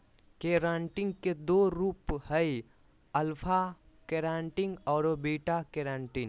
keratin के दो रूप हइ, अल्फा केराटिन आरो बीटा केराटिन